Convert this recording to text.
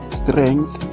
strength